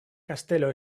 kastelo